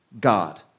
God